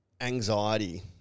anxiety